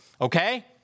Okay